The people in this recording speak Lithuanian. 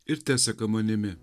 ir teseka manimi